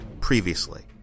previously